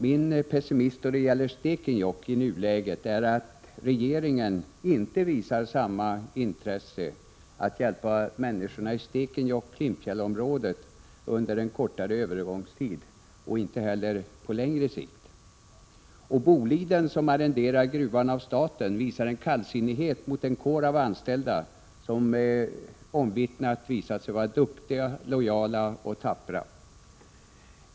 Min pessimism i fråga om Stekenjokk i nuläget gäller att staten inte visar samma intresse att hjälpa människorna i Stekenjokk Klimpfjäll-området under en kortare övergångstid och inte heller på längre sikt. Boliden, som arrenderar gruvan av staten, visar sig kallsinnigt mot en kår av anställda som är omvittnat duktig, lojal och tapper.